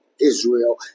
Israel